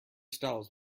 styles